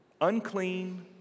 Unclean